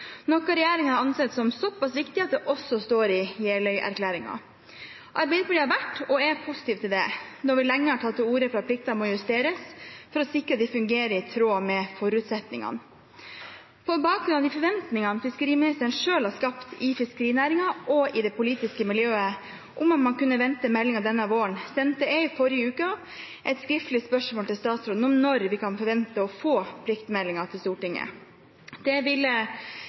noe regjeringen anser som så pass viktig at det også står i Jeløya-erklæringen. Arbeiderpartiet har vært og er positiv til det, da vi lenge har tatt til orde for at pliktene må justeres for å sikre at de fungerer i tråd med forutsetningene. På bakgrunn av de forventningene fiskeriministeren selv har skapt i fiskerinæringen og i det politiske miljøet om at man kunne vente meldingen denne våren, sendte jeg i forrige uke et skriftlig spørsmål til statsråden om når vi kan forvente å få pliktmeldingen til Stortinget. Det